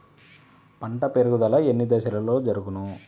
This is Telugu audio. పంట పెరుగుదల ఎన్ని దశలలో జరుగును?